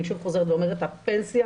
אני שוב חוזרת ואומרת שהפנסיה,